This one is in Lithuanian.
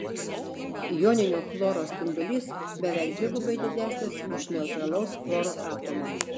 joninio chloro spindulys beveik dvigubai didesnis už neutralaus chloro atomo